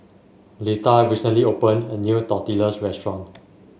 Letha recently opened a new Tortillas restaurant